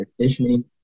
conditioning